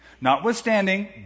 Notwithstanding